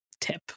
tip